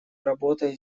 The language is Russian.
работой